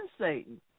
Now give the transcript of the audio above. Satan